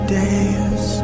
days